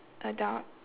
adult